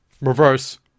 Reverse